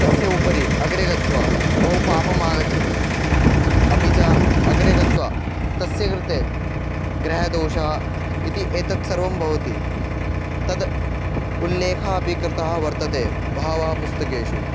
तस्य उपरि अग्रे गत्वा बहु पापम् आगच्छति अपि च अग्रे गत्वा तस्य कृते ग्रहदोषः इति एतत् सर्वं भवति तद् उल्लेखः अपि कृतः वर्तते बहवः पुस्तकेषु